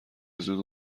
زود